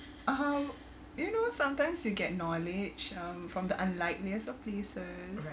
um you know sometimes you get knowledge um from the unlikeliest of places